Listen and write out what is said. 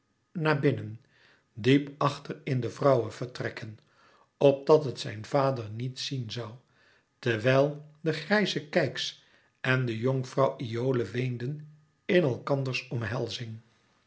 naar binnen diep achter in de vrouwevertrekken opdat het zijn vader niet zien zoû terwijl de grijze keyx en de jonkvrouw iole weenden in elkanders omhelzing